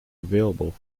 available